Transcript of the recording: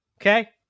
Okay